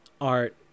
Art